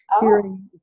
hearing